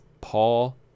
Paul